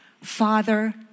Father